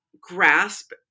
grasp